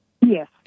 Yes